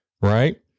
right